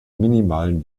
minimalen